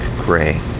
gray